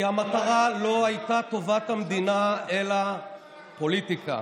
כי המטרה לא הייתה טובת המדינה אלא פוליטיקה.